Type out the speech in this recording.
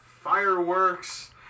Fireworks